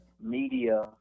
media